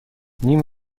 نیم